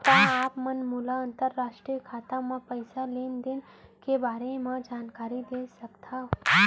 का आप मन मोला अंतरराष्ट्रीय खाता म पइसा लेन देन के बारे म जानकारी दे सकथव?